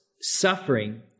suffering